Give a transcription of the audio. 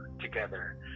Together